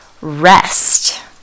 rest